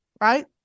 right